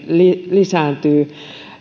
lisääntyy myös